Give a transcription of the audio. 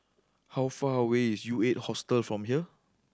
how far away is U Eight Hostel from here